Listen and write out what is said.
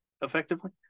effectively